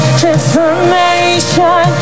transformation